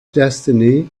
destiny